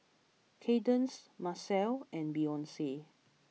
Kaydence Macel and Beyonce